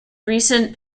recent